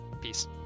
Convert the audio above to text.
peace